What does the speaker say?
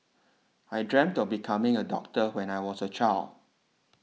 I dreamt of becoming a doctor when I was a child